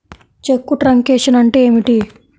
చెక్కు truncation అంటే ఏమిటి?